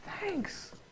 Thanks